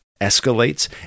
escalates